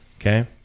Okay